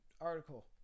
article